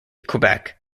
quebec